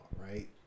right